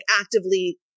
actively